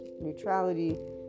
neutrality